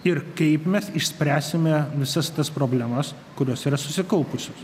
ir kaip mes išspręsime visas tas problemas kurios yra susikaupusios